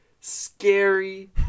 scary